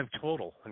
total